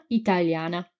italiana